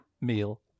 meal